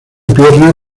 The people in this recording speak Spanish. pierna